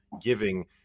giving